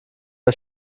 der